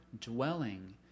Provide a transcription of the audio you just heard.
dwelling